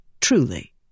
truly